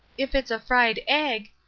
if it's a fried egg,